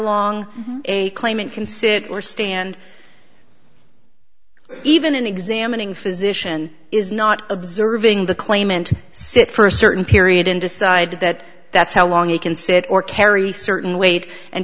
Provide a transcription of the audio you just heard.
long a claimant can sit or stand even in examining physician is not observing the claimant sit for a certain period and decide that that's how long he can sit or carry certain weight and